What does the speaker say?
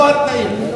לא התנאים,